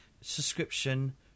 subscription